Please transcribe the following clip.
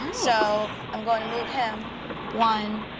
so i'm going to move him one,